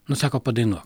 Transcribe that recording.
nu sako padainuok